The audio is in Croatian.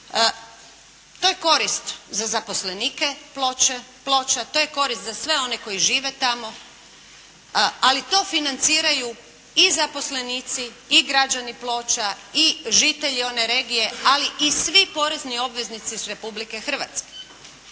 To je korist za zaposlenike "Ploča", to je korist za sve one koji žive tamo. Ali to financiraju i zaposlenici i građani Ploča i žitelji one regije, ali i svi porezni obveznici iz Republike Hrvatske.